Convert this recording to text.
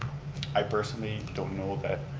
i personally don't know that